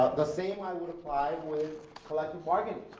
the same i would apply with collective bargaining.